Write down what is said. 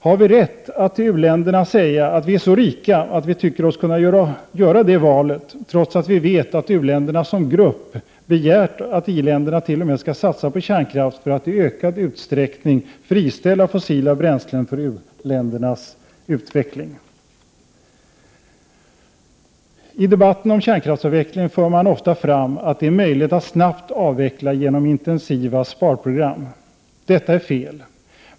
Har vi rätt att till u-länderna säga att vi är så rika att vi tycker oss kunna göra det valet, trots att vi vet att u-länderna som grupp t.o.m. begärt att i-länderna skall satsa på kärnkraft för att i ökad utsträckning friställa fossila bränslen för u-ländernas utveckling? I debatten om kärnkraftsavveckling för man ofta fram att det är möjligt att snabbt avveckla genom intensiva sparprogram. Detta är fel.